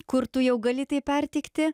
kur tu jau gali tai perteikti